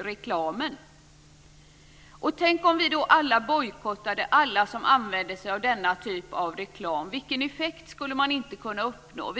reklamen. Tänk om vi bojkottade alla som skickar ut den reklamen - vilken effekt skulle vi då inte kunna uppnå!